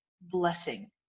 blessing